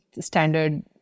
standard